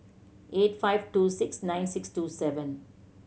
eight five two six nine six two seven